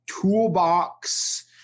toolbox